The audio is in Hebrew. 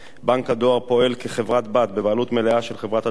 בנק הדואר פועל כחברת-בת בבעלות מלאה של חברת הדואר